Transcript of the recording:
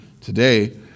today